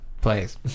place